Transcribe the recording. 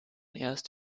erst